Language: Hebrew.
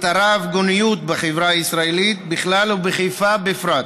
הרב-גוניות בחברה הישראלית בכלל ובחיפה בפרט,